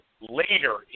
later